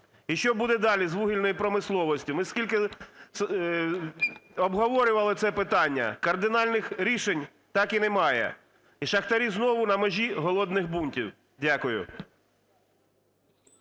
І що буде далі з вугільною промисловістю? Ми скільки обговорювали це питання, кардинальних рішень так і немає. І шахтарі знову на межі голодних бунтів. Дякую.